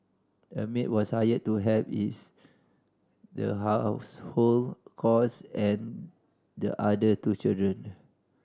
a maid was hired to help with the household and the other two children